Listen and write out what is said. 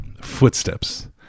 footsteps